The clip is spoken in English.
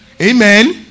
amen